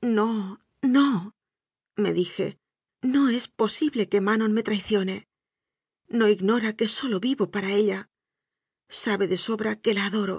suyo no nome dije no es posible que manon me traicione no ignora que sólo vivo para ella sabe de sobra que la ado ro